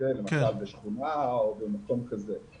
בין אם למשל בשכונה או במקום כזה.